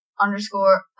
underscore